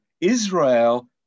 Israel